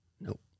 Nope